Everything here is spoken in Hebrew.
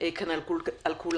כאן על כולם.